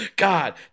God